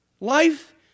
life